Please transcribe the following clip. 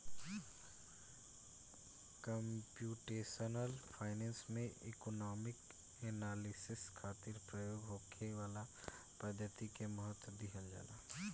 computational finance में economic analysis खातिर प्रयोग होखे वाला पद्धति के महत्व दीहल जाला